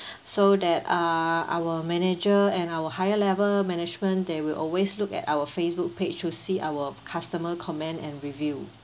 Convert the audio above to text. so that uh our manager and our higher level management they will always look at our Facebook page to see our customer comment and review